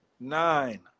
Nine